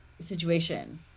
situation